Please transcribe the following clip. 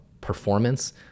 performance